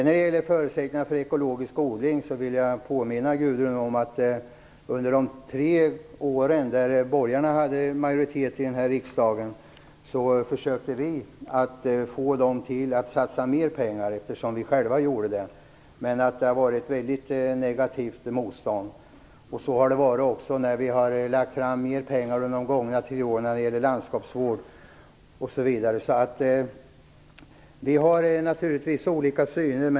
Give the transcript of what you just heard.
När det gäller förutsättningar för ekologisk odling vill jag påminna Gudrun Lindvall om att vi, under de tre år då borgarna hade majoritet i riksdagen, försökte få dem att satsa mera pengar, eftersom vi själva gjorde det. Men det var ett mycket negativt motstånd. Så har det också varit när vi har lagt fram förslag om mera pengar till landskapsvård under de gångna tre åren. Vi har naturligtvis olika syn.